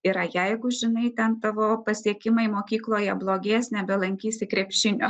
yra jeigu žinai ten tavo pasiekimai mokykloje blogės nebelankysi krepšinio